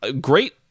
great